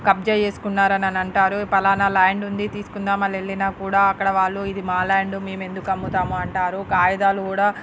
కబ్జా చేసుకున్నారు అని అంటారు ఫలానా ల్యాండ్ ఉంది తీసుకుందాం అని వెళ్ళినా కూడా అక్కడ వాళ్ళు ఇది మా ల్యాండ్ మేము ఎందుకు అమ్ముతాం అని అంటారు కాగితాలు కూడా